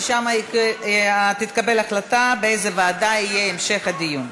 ושם תתקבל ההחלטה באיזה ועדה יתקיים המשך הדיון.